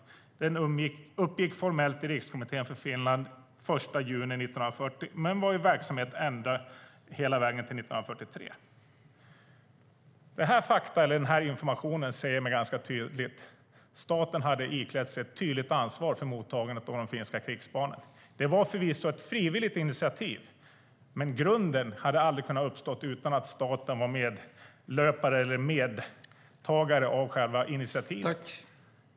Den uppgick formellt i Rikskommittén för Finland 1 juni 1940 men var i verksamhet ännu under 1943." Den här informationen säger mig ganska tydligt att staten hade iklätt sig ett tydligt ansvar för mottagandet av de finska krigsbarnen. Det var förvisso ett frivilligt initiativ, men grunden hade aldrig kunnat uppstå utan att staten medverkat.